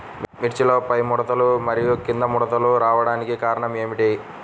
మిర్చిలో పైముడతలు మరియు క్రింది ముడతలు రావడానికి కారణం ఏమిటి?